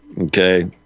Okay